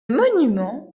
monument